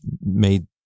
made